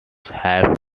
have